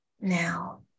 Now